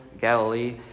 Galilee